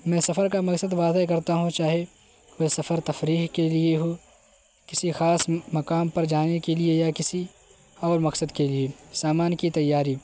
میں سفر کا مقصد واضح کرتا ہوں چاہے وہ سفر تفریح کے لیے ہو کسی خاص مقام پر جانے کے لیے یا کسی اور مقصد کے لیے سامان کی تیاری